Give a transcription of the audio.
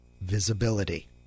visibility